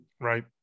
Right